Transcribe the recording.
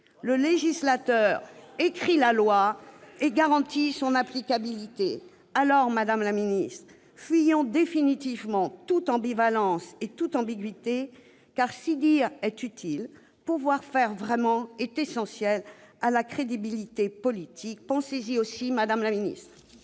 Le législateur écrit la loi et garantit son applicabilité. Alors, fuyons définitivement toute ambivalence et toute ambiguïté, car si dire est utile, pouvoir faire vraiment est essentiel à la crédibilité politique. Pensez-y aussi, madame la ministre